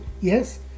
yes